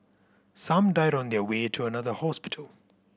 some died on their way to another hospital